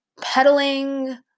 pedaling